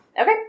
Okay